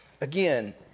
again